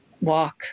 walk